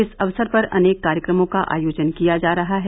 इस अवसर पर अनेक कार्यक्रमों का आयोजन किया जा रहा है